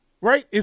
Right